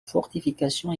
fortifications